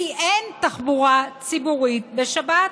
כי אין תחבורה ציבורית בשבת.